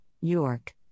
York